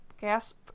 gasp